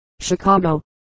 Chicago